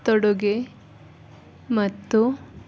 ತೊಡುಗೆ ಮತ್ತು